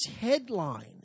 headline